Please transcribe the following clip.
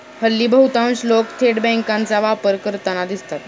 हल्ली बहुतांश लोक थेट बँकांचा वापर करताना दिसतात